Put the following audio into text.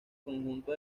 conjunto